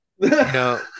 No